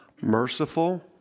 merciful